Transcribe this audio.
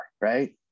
right